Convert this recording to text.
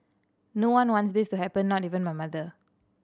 no one wants this to happen not even my mother